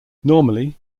normally